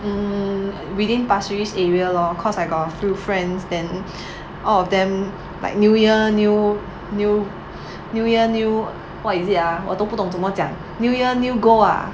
um within pasir ris area lor because I got a few friends then all of them like new year new new new year new what is it ah 我都不懂怎么讲 new year new goal ah